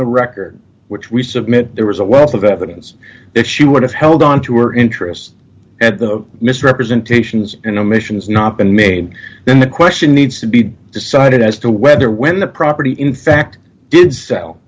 the record which we submit there is a wealth of evidence that she would have held onto her interest at the misrepresentations and omissions not been made then the question needs to be decided as to whether when the property in fact did sell